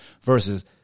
versus